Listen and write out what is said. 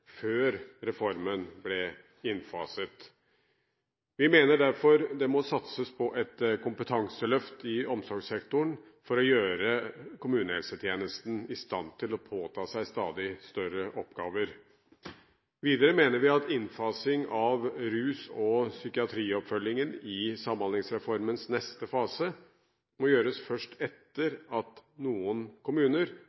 før reformen ble innfaset. Vi mener derfor at det må satses på et kompetanseløft i omsorgssektoren for å gjøre kommunehelsetjenesten i stand til å påta seg stadig større oppgaver. Videre mener vi at innfasing av rus- og psykiatrioppfølgingen i Samhandlingsreformens neste fase må gjøres først